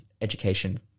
education